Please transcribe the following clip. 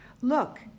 Look